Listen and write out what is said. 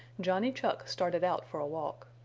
johnny chuck started out for a walk.